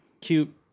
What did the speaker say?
cute